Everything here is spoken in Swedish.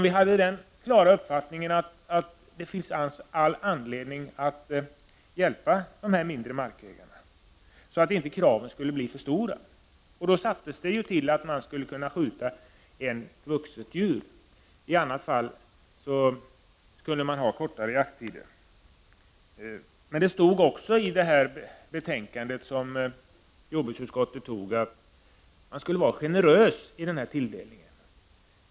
Vi hade den klara uppfattningen att det finns all anledning att inte ställa alltför stora krav på mindre markägare, och därför föreskrevs att sådana skulle få skjuta ett vuxet djur. I övrigt genomfördes en förkortning av jakttiden. Men det framhölls också i det betänkande som jordbruksutskottet lade fram att man skulle vara generös i denna tilldelning.